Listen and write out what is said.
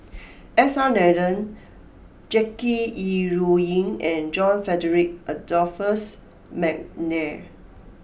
S R Nathan Jackie Yi Ru Ying and John Frederick Adolphus McNair